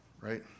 right